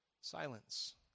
silence